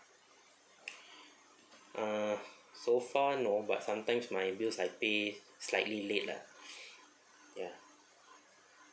uh so far no but sometimes my bills I pay slightly late lah ya